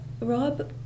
Rob